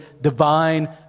divine